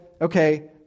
okay